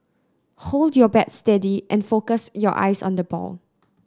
hold your bat steady and focus your eyes on the ball